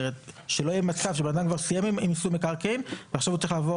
שלא יהיה מצב שאדם כבר סיים עם מיסוי מקרקעין ועכשיו הוא צריך לעבור